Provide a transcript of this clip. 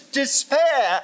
despair